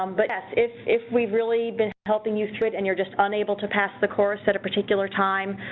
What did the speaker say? um but as if if we've really been helping you through it and you're just unable to pass the course at a particular time